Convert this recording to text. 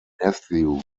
nephew